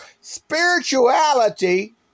spirituality